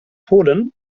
polen